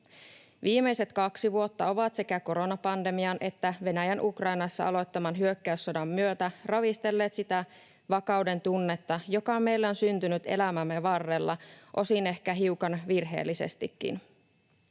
Viimeiset kaksi vuotta ovat sekä koronapandemian että Venäjän Ukrainassa aloittaman hyökkäyssodan myötä ravistelleet sitä vakauden tunnetta, joka meille on syntynyt elämämme varrella osin ehkä hiukan virheellisestikin.